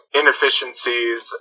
inefficiencies